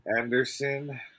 Anderson